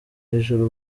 ijuru